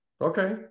okay